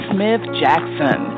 Smith-Jackson